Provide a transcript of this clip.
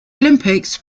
olympics